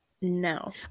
no